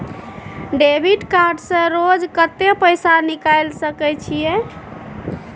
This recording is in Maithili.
डेबिट कार्ड से रोज कत्ते पैसा निकाल सके छिये?